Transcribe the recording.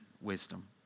wisdom